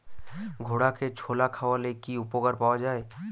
ঘোড়াকে ছোলা খাওয়ালে কি উপকার পাওয়া যায়?